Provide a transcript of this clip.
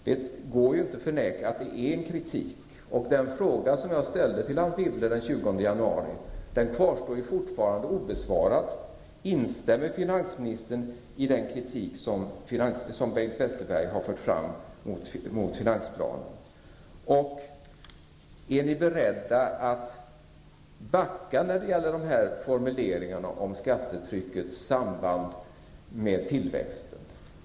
Det går inte att förneka att det är fråga om en kritik, och den fråga som jag ställde till Anne Wibble den 20 januari kvarstår fortfarande obesvarad: Instämmer finansministern i den kritik som Bengt Westerberg har fört fram mot finansplanen, och är ni beredda att backa när det gäller formuleringarna om skattetryckets samband med tillväxten?